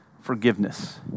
forgiveness